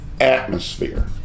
Atmosphere